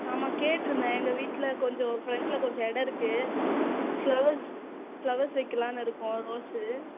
ஆமாம் கேட்டிருந்தேன் எங்கள் வீட்டில் கொஞ்சம் ஃப்ரண்ட்டில் கொஞ்சம் இடம் இருக்குது ஃப்ளவர்ஸ் ஃப்ளவர்ஸ் வைக்கலான்னு இருக்கோம் ரோஸ்ஸு